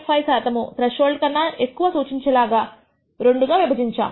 5 శాతము త్రెష్హోల్డ్ కన్నా ఎక్కువ సూచించే లాగా రెండుగా విభజించాను